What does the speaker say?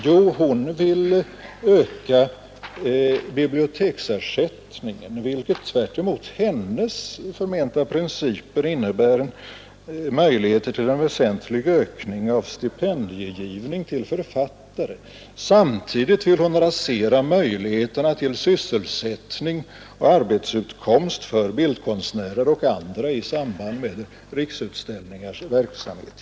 Jo, hon vill öka biblioteksersättningen, vilket tvärtemot hennes förmenta principer innebär möjligheter till en väsentlig ökning av stipendiegivningen till författare. Samtidigt vill hon rasera möjligheterna att ge sysselsättning och arbetsutkomst för bildkonstnärer och andra i samband med Riksutställningars verksamhet.